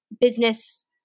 business